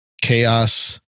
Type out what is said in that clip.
chaos